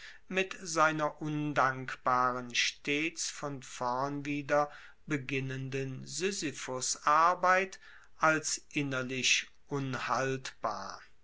mit seiner undankbaren stets von vorn wieder beginnenden sisyphusarbeit als innerlich unhaltbar